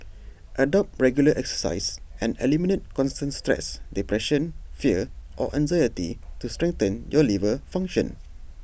adopt regular exercise and eliminate constant stress depression fear or anxiety to strengthen your liver function